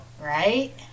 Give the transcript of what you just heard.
right